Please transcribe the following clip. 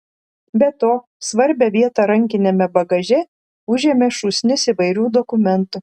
be to svarbią vietą rankiniame bagaže užėmė šūsnis įvairių dokumentų